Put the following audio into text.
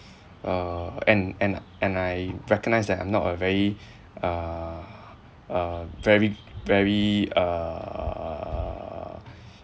uh and and and I recognise that I'm not a very uh uh very very err